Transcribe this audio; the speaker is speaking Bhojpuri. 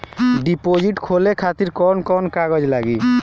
डिपोजिट खोले खातिर कौन कौन कागज लागी?